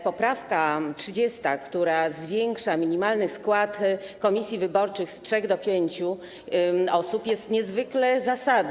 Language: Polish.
Poprawka 30., która zwiększa minimalny skład komisji wyborczych z trzech do pięciu osób, jest niezwykle zasadna.